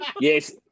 Yes